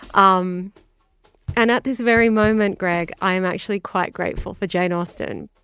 um and at this very moment, greg, i am actually quite grateful for jane austen.